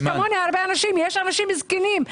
יש אנשים זקנים.